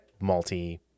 multi